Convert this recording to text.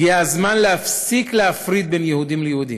הגיע הזמן להפסיק להפריד בין יהודים ליהודים,